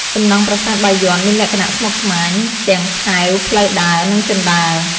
សំណង់ប្រាសាទបាយ័នមានលក្ខណៈស្មុគស្មាញ ទាំងថែវ ផ្លូវដើរ និងជណ្តើរ។